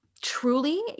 truly